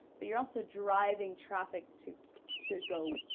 but you're also driving traffic to to go,